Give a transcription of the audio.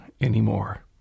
anymore